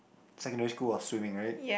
secondary school I was swimming right